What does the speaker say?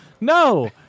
No